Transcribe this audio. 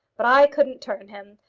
but i couldn't turn him.